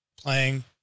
playing